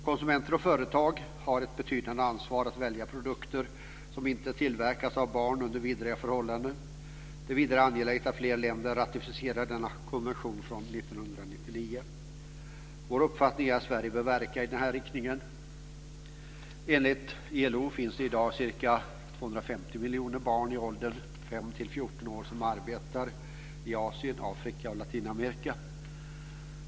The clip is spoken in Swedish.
Konsumenter och företag har ett betydande ansvar när det gäller att välja produkter som inte under vidriga förhållanden tillverkas av barn. Vidare är det angeläget att fler länder ratificerar denna konvention från år 1999. Vår uppfattning är att Sverige bör verka i denna riktning. Enligt ILO finns det i dag i Asien, Afrika och Latinamerika ca 250 miljoner barn i åldern 5-14 år som arbetar.